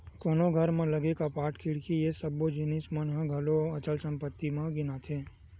कोनो घर म लगे कपाट, खिड़की ये सब्बो जिनिस मन ह घलो अचल संपत्ति म गिनाथे